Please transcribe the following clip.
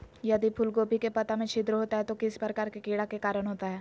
यदि फूलगोभी के पत्ता में छिद्र होता है तो किस प्रकार के कीड़ा के कारण होता है?